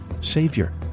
savior